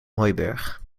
hooiberg